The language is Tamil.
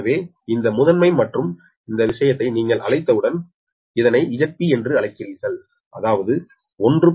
எனவே இந்த முதன்மை மற்றும் இந்த விஷயத்தை நீங்கள் அழைத்தவுடன் இதை நீங்கள் அழைக்கிறீர்கள் 𝒁𝒑 thatq அதாவது 1